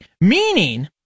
meaning